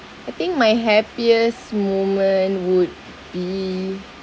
I think my happiest moment would be